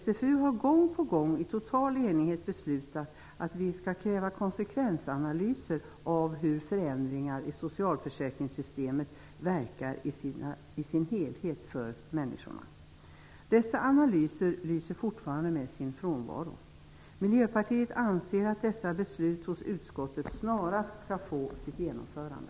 SfU har gång på gång i total enighet beslutat att vi skall kräva konsekvensanalyser av hur förändringar i socialförsäkringssystemet verkar i sin helhet för människorna. Dessa analyser lyser fortfarande med sin frånvaro. Miljöpartiet anser att dessa beslut i utskottet snarast skall få sitt genomförande.